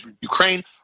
Ukraine